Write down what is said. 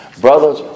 Brothers